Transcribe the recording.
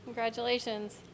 Congratulations